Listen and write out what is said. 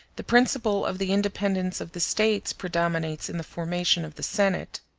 the principle of the independence of the states predominates in the formation of the senate